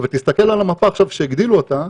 אבל תסתכל על המפה עכשיו כשהגדילו אותה,